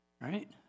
right